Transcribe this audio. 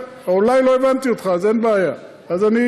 לא לא,